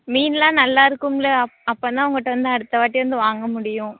மீனெலாம் நல்லா இருக்குமில அப் அப்போனா உங்கள்கிட்ட வந்து அடுத்த வாட்டி வந்து வாங்க முடியும்